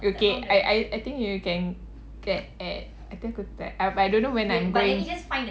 okay I I think you can get at nanti aku tag e~ but I don't know when I'm going